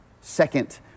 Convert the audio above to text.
second